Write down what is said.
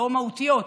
לא מהותיות.